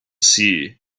sea